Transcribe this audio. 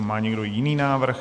Má někdo jiný návrh?